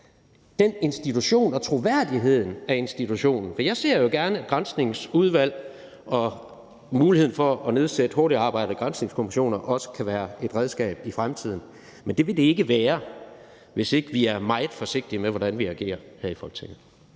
den institution og troværdigheden af institutionen. For jeg ser jo gerne, at Granskningsudvalget og muligheden for at nedsætte hurtigtarbejdende granskningskommissioner også kan være et redskab i fremtiden, men det vil det ikke være, hvis ikke vi er meget forsigtige med, hvordan vi agerer her i Folketinget.